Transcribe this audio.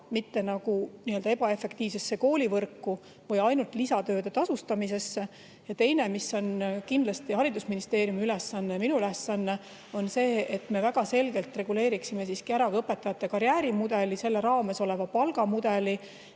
mitte ebaefektiivsesse koolivõrku või ainult lisatööde tasustamisse. Ja teine, mis on kindlasti haridusministeeriumi ülesanne, minu ülesanne, on see, et me väga selgelt reguleeriksime siiski ära ka õpetajate karjäärimudeli, selle raames oleva palgamudeli